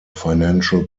financial